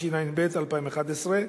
התשע"ב 2011,